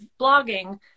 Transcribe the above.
blogging